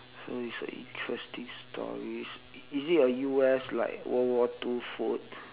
so it's a interesting stories is it a U_S like world war two food